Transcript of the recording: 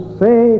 say